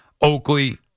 Oakley